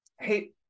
hey